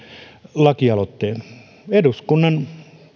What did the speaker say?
lakialoitteen eduskunnan